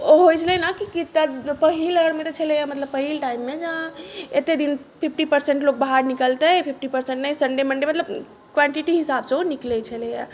ओ होइत छलै ने की तऽ पहिल लहरमे तऽ छलैया मतलब पहिले टाइममे जे अहाँ एतऽ दिन फिफ्टी पर्सेन्ट लोक बाहर निकलतै फिफ्टी पर्सेन्ट नहि सन्डे मन्डे मतलब क्वान्टिटी हिसाबसँ ओ निकलैत छलैया